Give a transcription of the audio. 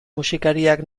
musikariak